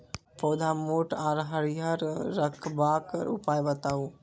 पौधा मोट आर हरियर रखबाक उपाय बताऊ?